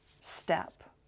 step